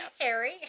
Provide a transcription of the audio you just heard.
Harry